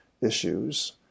Issues